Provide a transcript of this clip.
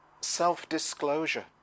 self-disclosure